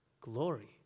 glory